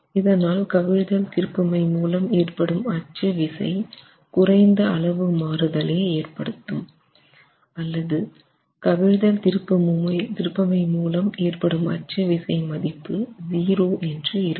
இதனால் கவிழ்தல்திருப்புமை மூலம் ஏற்படும் அச்சு விசை குறைந்த அளவு மாறுதலே ஏற்படுத்தும் அல்லது கவிழ்தல்திருப்புமை மூலம் ஏற்படும் அச்சு விசை மதிப்பு 0 என்று இருக்கும்